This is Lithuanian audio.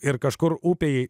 ir kažkur upėje